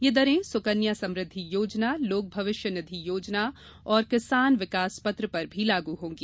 यह दरें सुकन्या समृद्धि योजनालोक भविष्य निधि योजना और किसान विकास पत्र पर भी लागू होंगी